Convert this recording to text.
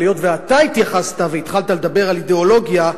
אבל היות שאתה התייחסת והתחלת לדבר על אידיאולוגיה,